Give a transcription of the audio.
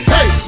Hey